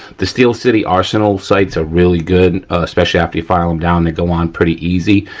the steel city arsenal sights are really good, especially after you file them down, they go on pretty easy.